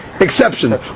exception